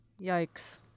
Yikes